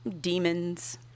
demons